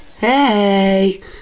Hey